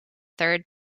third